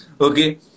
okay